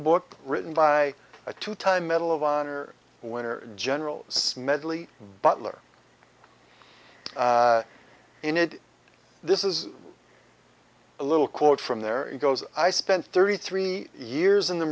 book written by a two time medal of honor winner general smedley butler in it this is a little quote from there it goes i spent thirty three years in the